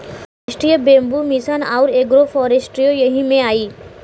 राष्ट्रीय bamboo mission आउर agro फ़ोरेस्ट्रीओ यही में आई